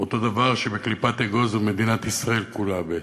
אותו דבר שבקליפת אגוז הוא מדינת ישראל כולה בעצם.